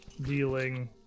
dealing